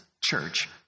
church